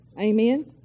Amen